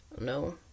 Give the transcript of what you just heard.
No